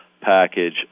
package